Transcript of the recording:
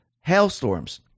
hailstorms